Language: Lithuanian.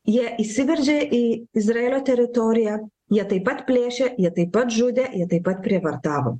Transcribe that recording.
jie įsiveržė į izraelio teritoriją jie taip pat plėšė jie taip pat žudė jie taip pat prievartavo